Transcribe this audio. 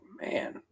man